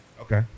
okay